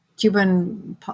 Cuban